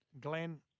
Glenn